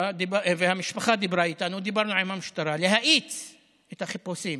דיברה איתנו ודיברנו עם המשטרה להאיץ את החיפושים,